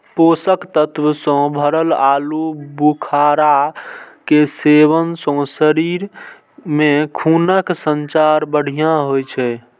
पोषक तत्व सं भरल आलू बुखारा के सेवन सं शरीर मे खूनक संचार बढ़िया होइ छै